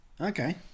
Okay